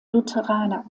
lutheraner